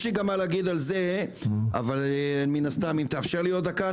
יש לי גם מה להגיד על זה אבל אם תאפשר לי עוד דקה,